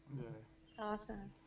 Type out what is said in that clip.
Awesome